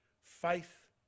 faith